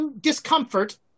discomfort